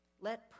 Let